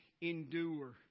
endure